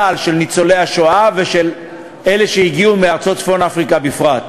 לניצולי השואה בכלל ולאלה שהגיעו מארצות צפון-אפריקה בפרט,